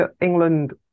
England